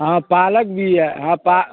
हाँ पालक भी है हाँ पा